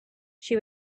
she